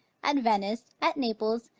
at venice, at naples,